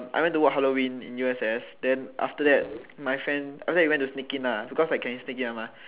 I went to work Halloween in U_S_S then after that my friend after that we went to sneak in ah because like can sneak in [one] mah